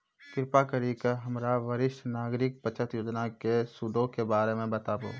कृपा करि के हमरा वरिष्ठ नागरिक बचत योजना के सूदो के दर बताबो